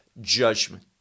judgment